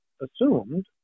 assumed